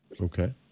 okay